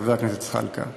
חבר הכנסת זחאלקה.